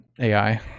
AI